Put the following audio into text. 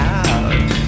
out